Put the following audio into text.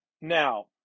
Now